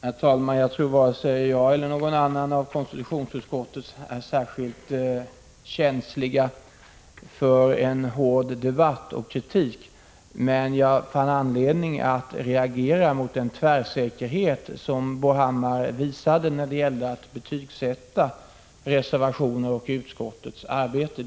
Herr talman! Jag tror att varken jag eller någon annan av konstitutionsutskottets ledamöter är särskilt känsliga för hård debatt och kritik, men jag fann anledning att reagera mot den tvärsäkerhet som Bo Hammar visade när det gällde att betygsätta reservationer och utskottets arbete.